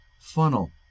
funnel